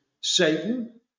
Satan